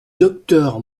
docteur